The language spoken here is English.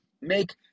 Make